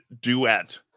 duet